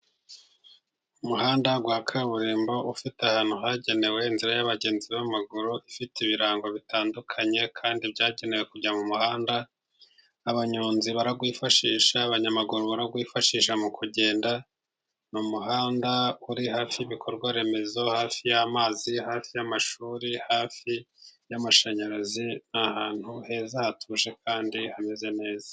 Umuhanda wa kaburimbo ufite ahantu hagenewe inzira y'abagenzi b'amaguru, ifite ibirango bitandukanye kandi byagenewe kujya mu muhanda, abanyonzi barawifashisha abanyamaguru barawifashisha mu kugenda. Ni muhanda uri hafi y'ibikorwa remezo, hafi y'amazi hafi y'amashuri hafi y'amashanyarazi, ni ahantu heza hatuje kandi hameze neza.